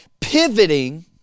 Pivoting